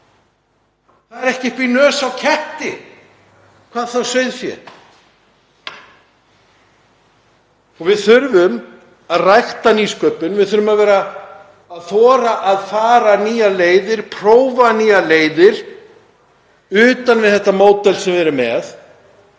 það er ekki upp í nös á ketti, hvað þá sauðfé. Við þurfum að rækta nýsköpun. Við þurfum að þora að fara nýjar leiðir, prófa nýjar leiðir utan við þetta módel sem við erum með